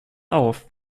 auf